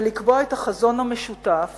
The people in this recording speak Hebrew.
ולקבוע את החזון המשותף